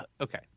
Okay